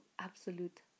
absolute